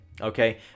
okay